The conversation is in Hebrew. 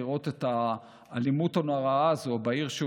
לראות את האלימות הנוראה הזו בעיר שהוא